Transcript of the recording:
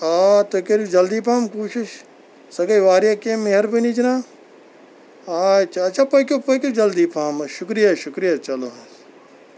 آ تُہۍ کٔرِو جلدی پَہَم کوٗشِش سۄ گٔے واریاہ کینٛہہ مہربٲنی جِناب آچھا اَچھا پٔکِو پٔکِو جلدی پَہَم حظ شُکریہ شُکریہ چلو حظ